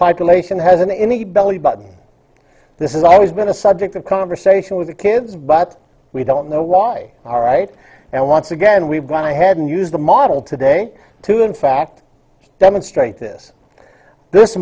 population has been in the belly button this is always been a subject of conversation with the kids but we don't know why all right and once again we've gone ahead and used the model today to in fact demonstrate this this